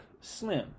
Slim